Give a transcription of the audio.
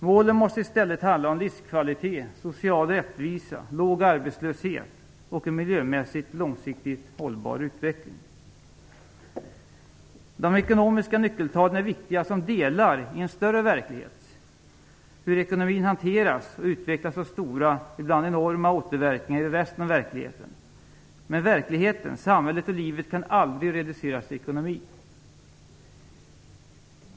Målen måste i stället handla om livskvalitet, social rättvisa, låg arbetslöshet och en miljömässigt långsiktigt hållbar utveckling. De ekonomiska nyckeltalen är viktiga som delar i en större verklighet. Det sätt på vilket ekonomin hanteras och hur den utvecklas har stora, ibland enorma återverkningar på resten av verkligheten. Men verkligheten, samhället och livet kan aldrig reduceras till ekonomi.